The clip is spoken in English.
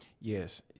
yes